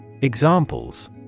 Examples